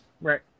right